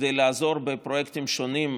כדי לעזור בפרויקטים שונים,